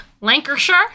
Lancashire